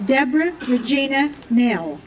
deborah regina n